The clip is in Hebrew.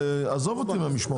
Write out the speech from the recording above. עזוב משמרות.